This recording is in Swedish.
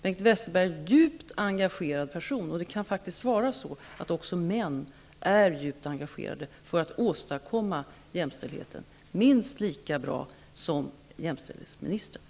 Bengt Westerberg är en djupt engagerad person -- också män kan vara djupt engagerade när det gäller att åstadkomma jämställdhet -- och minst lika bra som jämställdhetsministern.